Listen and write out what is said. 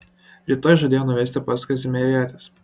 rytoj žadėjo nuvesti pas kazimierietes